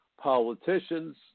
politicians